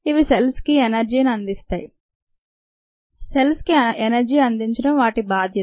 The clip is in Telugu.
ఇ వి సెల్స్కి ఎనర్జీ ని అందిస్తాయి సెల్స్కి ఎనర్జీ అందించడం వాటి బాధ్యత